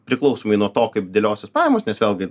priklausomai nuo to kaip dėliosis pajamos nes vėlgi